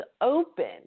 open